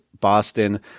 Boston